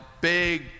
big